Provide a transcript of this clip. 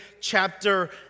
chapter